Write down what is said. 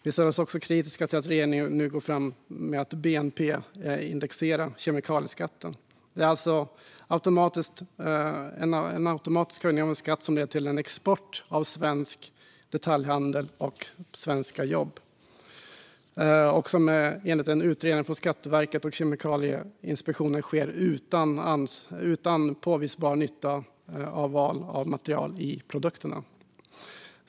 Vi ställer oss också kritiska till att regeringen nu går fram med att bnp-indexera kemikalieskatten. Det är en automatisk höjning av en skatt som har lett till en export av svensk detaljhandel och svenska jobb. Enligt en utredning från Skatteverket och Kemikalieinspektionen sker det utan påvisbar nytta av val av material i produkterna.